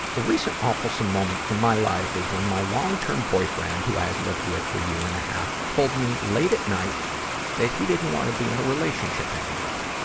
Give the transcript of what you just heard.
a recent awfulsome moment from my life is when my long-term boyfriend, who i have lived with for a year and a half, told me late at night that he didn't wanna be in a relationship anymore.